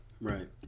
Right